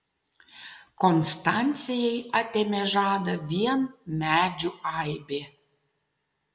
konstancijai atėmė žadą vien medžių aibė